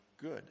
good